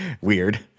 weird